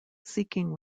seeking